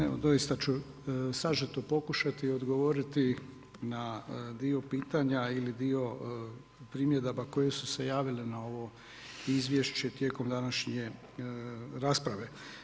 Evo doista ću sažeto pokušati odgovoriti na dio pitanja ili dio primjedaba koje su se javile na ovo izvješće tijekom današnje rasprave.